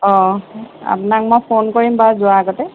অঁ আপোনাক মই ফোন কৰিম বাৰু যোৱাৰ আগতে